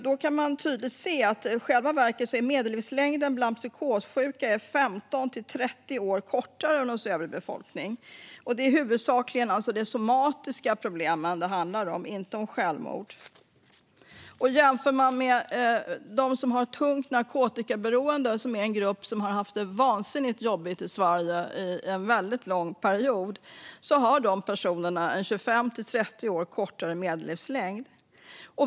Då kan man tydligt se att medellivslängden för psykossjuka är 15-30 år kortare än för övrig befolkning. Det är huvudsakligen de somatiska problemen det handlar om, inte självmord. Man kan jämföra dem med tungt narkotikaberoende, en grupp som har haft det vansinnigt jobbigt i Sverige under en väldigt lång period och har en 25-30 år kortare medellivslängd.